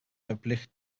verplicht